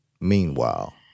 Meanwhile